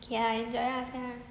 okay ah enjoy ah sekarang